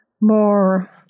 more